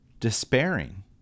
despairing